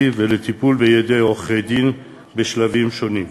ולטיפול בידי עורכי-דין בשלבים שונים.